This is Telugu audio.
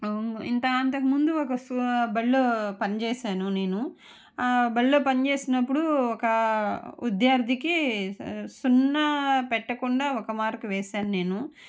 ఇంక అంతకముందు ఒక బడిలో పని చేసాను నేను బళ్ళో పనిచేసినప్పుడు ఒక విద్యార్థికి సున్నా పెట్టకుండా ఒక మార్కు వేసాను నేను